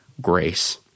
grace